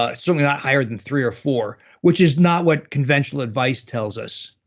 ah certainly not higher than three or four, which is not what conventional advice tells us.